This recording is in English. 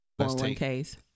401k's